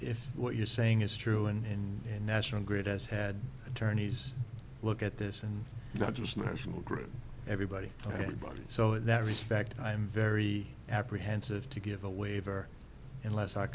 if what you're saying is true and a national grid has had attorneys look at this and not just national grid everybody everybody so in that respect i am very apprehensive to give a waiver unless i